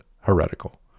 heretical